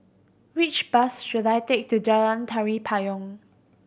which bus should I take to Jalan Tari Payong